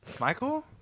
Michael